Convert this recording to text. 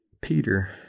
Peter